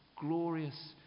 glorious